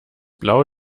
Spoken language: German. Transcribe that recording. blau